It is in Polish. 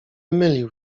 mylił